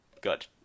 Good